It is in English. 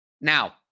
Now